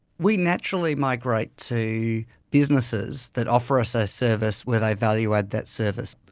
we naturally migrate to businesses that offer us a service where they value-add that service.